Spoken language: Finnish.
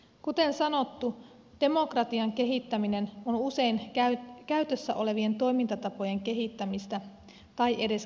kuten sanottu demokratian kehittäminen on usein käytössä olevien toimintatapojen kehittämistä tai edes käyttämistä